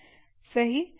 सही